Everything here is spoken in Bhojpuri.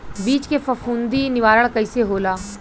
बीज के फफूंदी निवारण कईसे होला?